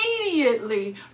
immediately